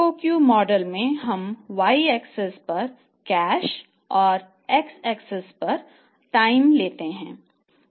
EOQ model में हम Y axis पर कैश और एक्स एक्सिस पर पर टाइम लेते हैं